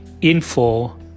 info